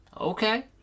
Okay